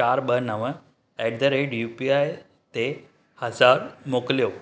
चार ब॒ नव एट द रेट यूपीआइ ते हज़ार मोकिलियो